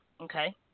okay